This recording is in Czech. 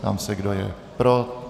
Ptám se, kdo je pro.